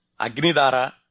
Agnidara